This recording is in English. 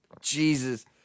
Jesus